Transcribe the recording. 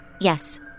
Yes